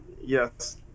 Yes